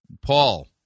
Paul